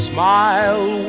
Smile